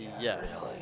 yes